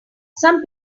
some